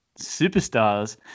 superstars